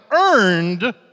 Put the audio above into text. earned